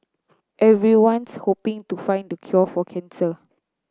everyone's hoping to find the cure for cancer